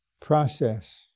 process